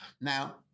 Now